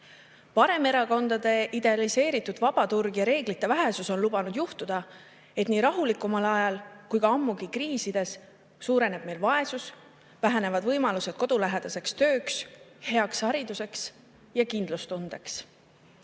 Paremerakondade idealiseeritud vaba turg ja reeglite vähesus on lubanud juhtuda, et nii rahulikumal ajal kui ka ammugi kriisides suureneb meil vaesus, vähenevad võimalused kodulähedaseks tööks, heaks hariduseks ja kindlustundeks.